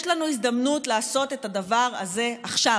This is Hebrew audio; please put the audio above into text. יש לנו הזדמנות לעשות את הדבר הזה עכשיו,